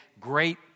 great